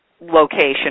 location